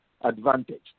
advantage